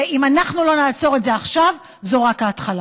ואם אנחנו לא נעצור את זה עכשיו, זו רק ההתחלה.